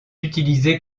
utilisé